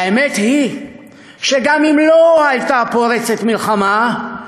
האמת היא שגם אם לא הייתה פורצת מלחמה,